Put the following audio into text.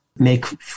make